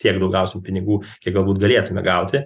tiek daug gausim pinigų kiek galbūt galėtume gauti